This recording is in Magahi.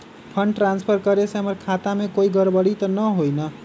फंड ट्रांसफर करे से हमर खाता में कोई गड़बड़ी त न होई न?